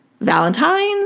Valentine's